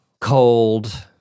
cold